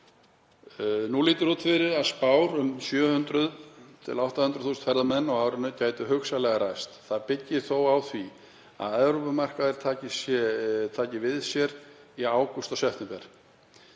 „Nú lítur út fyrir að spár um 700–800 þúsund ferðamenn á árinu gætu hugsanlega ræst. Það byggir þó á því að Evrópumarkaður taki vel við sér í ágúst og september.